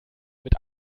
mit